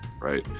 right